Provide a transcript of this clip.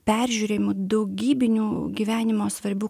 peržiūrėjimu daugybinių gyvenimo svarbių